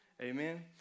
Amen